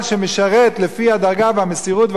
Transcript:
לפי הדרגה והמסירות וההקרבה שלו,